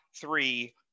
three